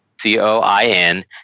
c-o-i-n